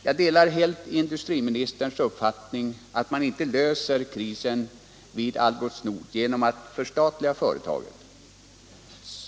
Jag delar helt industriministerns uppfattning att man inte löser krisen vid Algots Nord genom att förstatliga företaget.